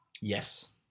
yes